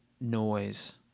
noise